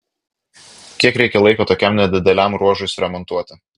kiek reikia laiko tokiam nedideliam ruožui suremontuoti